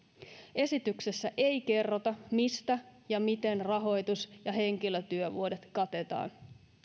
esityksessä ei kerrota mistä ja miten rahoitus ja henkilötyövuodet katetaan